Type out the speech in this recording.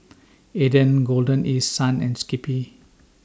Aden Golden East Sun and Skippy